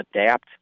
adapt